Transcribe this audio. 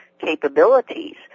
capabilities